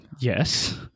yes